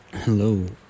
hello